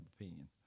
opinion